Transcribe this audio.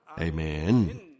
Amen